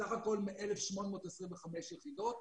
בסך הכול 1,825 יחידות,